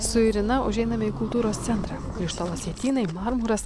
su irina užeiname į kultūros centrą krištolo sietynai marmuras